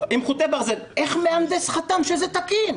איך מהנדס חתם שזה תקין?